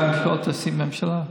למה שלא תעשי ממשלה?